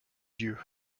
dieu